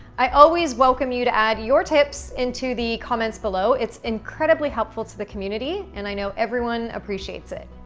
i always welcome you to add your tips into the comments below. it's incredibly helpful to the community, and i know everyone appreciates it.